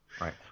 Right